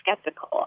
skeptical